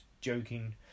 joking